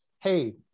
hey